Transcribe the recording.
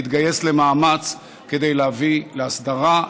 להתגייס למאמץ כדי להביא להסדרה,